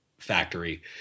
factory